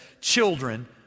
children